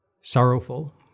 Sorrowful